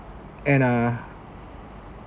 and uh